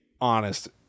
honest